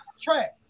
track